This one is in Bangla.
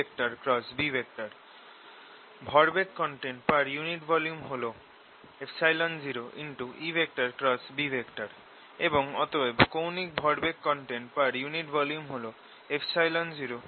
ভরবেগ কনটেন্ট পার ইউনিট ভলিউম হল 0EB এবং অতএব কৌণিক ভরবেগ কনটেন্ট পার ইউনিট ভলিউম হল 0rEB